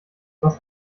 was